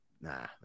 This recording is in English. nah